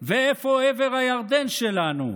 ואיפה עבר הירדן שלנו?